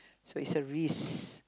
so it's a risk